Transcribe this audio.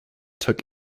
took